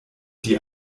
die